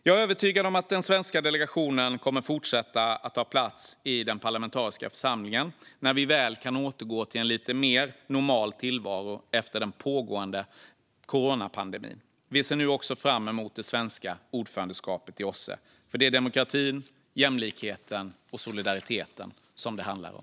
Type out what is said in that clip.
Jag är övertygad om att den svenska delegationen kommer att fortsätta ta plats i den parlamentariska församlingen när vi väl kan återgå till en lite mer normal tillvaro efter den pågående coronapandemin. Vi ser också fram emot det svenska ordförandeskapet i OSSE, för det är demokratin, jämlikheten och solidariteten det handlar om.